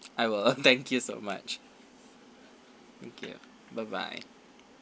I will thank you so much thank you bye bye